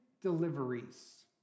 deliveries